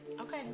Okay